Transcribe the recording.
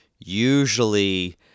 usually